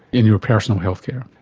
in your personal healthcare.